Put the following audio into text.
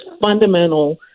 fundamental